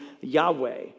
Yahweh